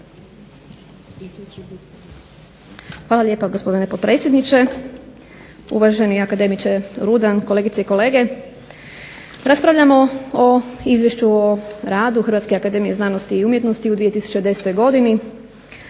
Romana (SDP)** Gospodine potpredsjedniče, uvaženi akademiče Rudan, kolegice i kolege. Raspravljamo o Izvješću o radu Hrvatske akademije umjetnosti i znanosti u 2010. godini.